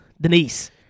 Denise